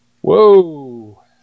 Whoa